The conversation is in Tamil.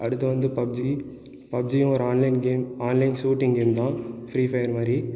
அடுத்து வந்து பப்ஜி பப்ஜியும் ஒரு online game online shooting game தான் ஃப்ரீ ஃபயர் மாதிரி